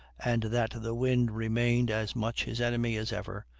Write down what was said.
and that the wind remained as much his enemy as ever,